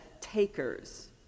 takers